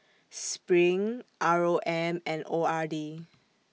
SPRING R O M and O R D